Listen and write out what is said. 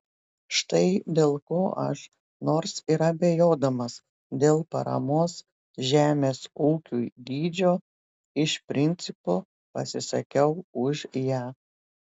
štai dėl ko aš nors ir abejodamas dėl paramos žemės ūkiui dydžio iš principo pasisakau už ją